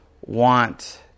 want